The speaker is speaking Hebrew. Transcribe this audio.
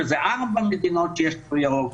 וזה ארבע מדינות שיש בהן תו ירוק,